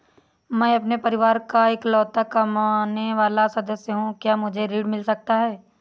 मैं अपने परिवार का इकलौता कमाने वाला सदस्य हूँ क्या मुझे ऋण मिल सकता है?